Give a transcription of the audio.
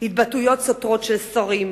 התבטאויות סותרות של שרים,